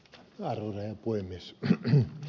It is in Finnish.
arvoisa herra puhemies